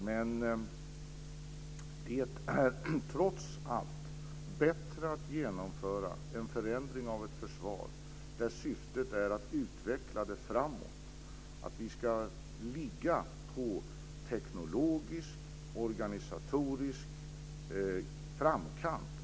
Men det är trots allt bättre att genomföra en förändring av ett försvar där syftet är att utveckla det framåt, där syftet är att vi ska ligga i teknologisk och organisatorisk framkant.